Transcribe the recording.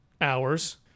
hours